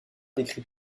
d’écrit